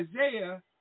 Isaiah